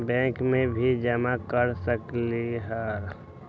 Bank में भी जमा कर सकलीहल?